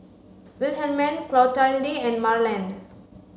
Wilhelmine Clotilde and Marland